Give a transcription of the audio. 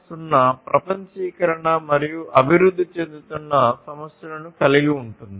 0 ప్రపంచీకరణ మరియు అభివృద్ధి చెందుతున్న సమస్యలను కలిగి ఉంటుంది